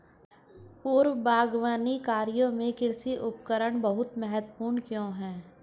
पूर्व बागवानी कार्यों में कृषि उपकरण बहुत महत्वपूर्ण क्यों है?